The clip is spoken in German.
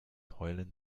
heulen